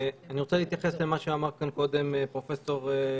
אני רוצה להתייחס למה שאמר כאן קודם פרופ' גרוטו.